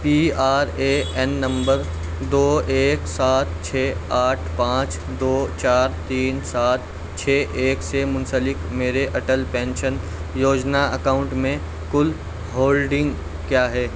P R A N number دو ایک سات چھ آٹھ پانچ دو چار تین سات چھ ایک سے منسلک میرے اٹل پینشن یوجنا اکاؤنٹ میں کل ہولڈنگ کیا ہے